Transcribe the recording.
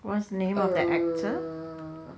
what's the name of the actor